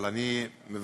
אבל אני מבקש,